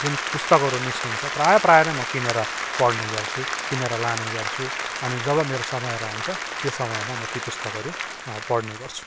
जुन पुस्तकहरू निस्किन्छ प्रायः प्रायः नै म किनेर पढ्ने गर्छु किनेर लाने गर्छु अनि जब मेरो समय रहन्छ त्यो समयमा म ती पुस्तकहरू पढ्ने गर्छु